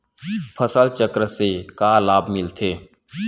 फसल चक्र से का लाभ मिलथे?